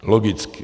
Logicky.